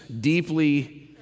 deeply